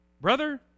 Brother